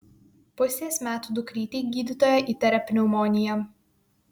pusės metų dukrytei gydytoja įtaria pneumoniją